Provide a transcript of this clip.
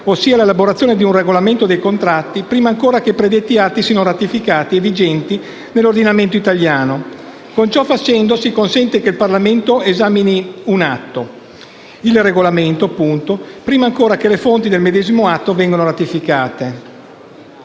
ossia l'elaborazione di un regolamento dei contratti, prima ancora che i predetti atti siano ratificati e vigenti nell'ordinamento italiano; con ciò facendo si consente che il Parlamento esamini un atto, il regolamento, prima ancora che le fonti del medesimo atto vengano ratificate.